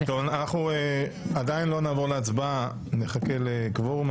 עדיין לא נעבור להצבעה, נחכה לקוורום.